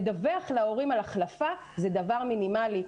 לדווח להורים על החלפה זה דבר מינימלי.